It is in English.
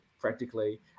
practically